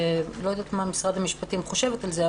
אני לא יודעת מה משרד המשפטים חושבת על זה,